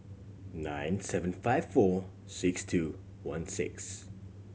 nine seven five four six two one six